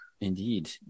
Indeed